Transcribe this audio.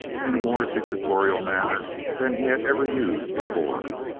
in a more dictatorial manner than he had ever used before.